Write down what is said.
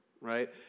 right